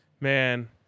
Man